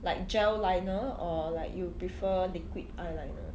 like gel liner or like you prefer liquid eyeliner